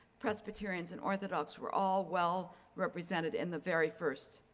presbyterians and orthodox were all well represented in the very first